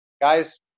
guys